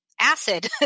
Acid